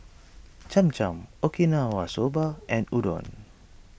Cham Cham Okinawa Soba and Udon